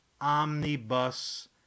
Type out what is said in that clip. Omnibus